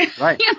Right